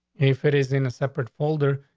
if it is in a separate folder,